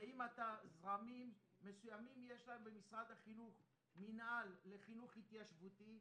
וזרמים מסוימים יש להם במשרד החינוך מינהל לחינוך התיישבותי.